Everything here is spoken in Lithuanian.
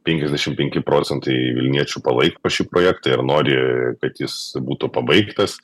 penkiasdešim penki procentai vilniečių palaiko šį projektą ir nori kad jis būtų pabaigtas